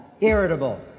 Irritable